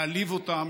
להעליב אותן,